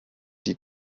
die